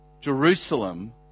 Jerusalem